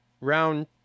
round